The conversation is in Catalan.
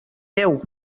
déu